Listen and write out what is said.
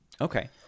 Okay